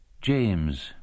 James